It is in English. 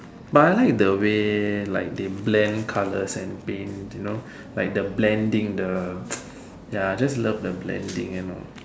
but I like the way like they blend colors and paint you know like the blending ya I just love the blending you know